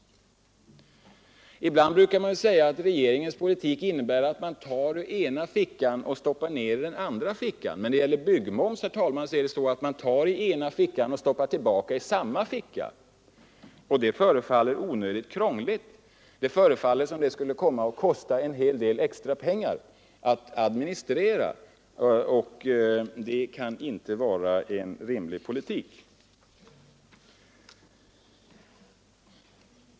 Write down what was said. Ibland brukar det sägas att regeringens politik innebär att man tar ur ena fickan och stoppar ner i den andra fickan. Men när det gäller byggmoms, herr talman, är det så att man tar i ena fickan och stoppar tillbaka i samma ficka, vilket verkar onödigt krångligt. Det förefaller som om det skulle komma att kosta en hel del extra pengar att administrera detta, och det kan inte vara en rimlig politik.